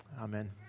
Amen